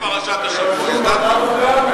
הגענו לפרשת השבוע, ידעתי.